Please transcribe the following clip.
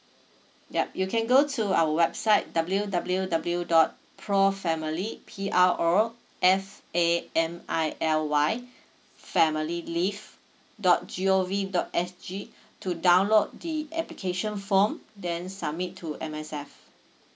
yup you can go to our website W W W dot pro family P R O F A M I L Y family leave dot G O V dot S G to download the application form then submit to M_S_F